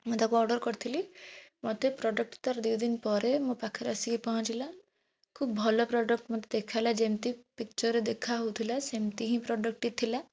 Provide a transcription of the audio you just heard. ମୁଁ ତାକୁ ଅର୍ଡ଼ର କରିଥିଲି ମୋତେ ପ୍ରଡ଼କ୍ଟ ତା'ର ଦୁଇଦିନ ପରେ ମୋ ପାଖରେ ଆସିକି ପହଞ୍ଚିଲା ଖୁବ୍ ଭଲ ପ୍ରଡ଼କ୍ଟ ମୋତେ ଦେଖାଗଲା ଯେମିତି ପିକଚର୍ରେ ଦେଖା ହେଉଥିଲା ସେମିତି ହିଁ ପ୍ରଡ଼କ୍ଟଟି ଥିଲା